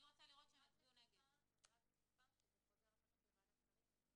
אני רק מציפה שזה חוזר אחר כך לוועדת השרים.